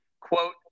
Quote